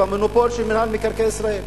המונופול של מינהל מקרקעי ישראל.